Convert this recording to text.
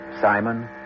Simon